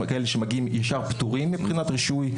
יש כאלה שמגיעים והם ישר פטורים מבחינת רישוי,